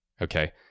okay